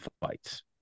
fights